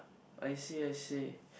I see I see